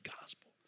gospel